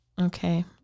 Okay